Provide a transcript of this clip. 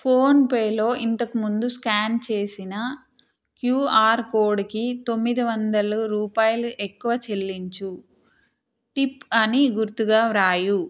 ఫోన్పేలో ఇంతకు ముందు స్కాన్ చేసిన క్యూఆర్ కోడ్కి తొమ్మిది వందలు రూపాయలు ఎక్కువ చెల్లించు టిప్ అని గుర్తుగా వ్రాయు